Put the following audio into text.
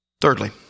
Thirdly